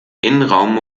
innenraum